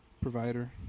provider